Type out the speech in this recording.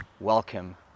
welcome